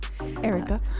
Erica